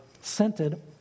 scented